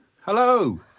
Hello